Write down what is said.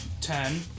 Ten